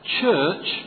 church